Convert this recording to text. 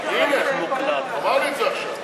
הנה, הוא אמר לי את זה עכשיו.